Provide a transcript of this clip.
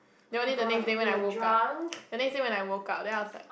then only the next day when I woke up the next day when I woke up then I was like